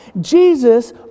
Jesus